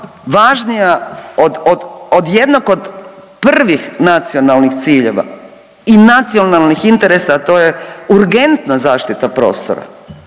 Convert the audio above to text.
od, od, od jednog od prvih nacionalnih ciljeva i nacionalnih interesa, a to je urgentna zaštita prostora.